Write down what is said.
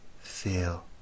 feel